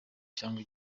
cyangwa